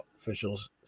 officials